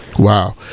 Wow